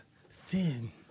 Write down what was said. thin